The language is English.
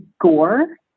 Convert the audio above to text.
Gore